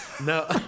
no